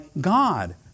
God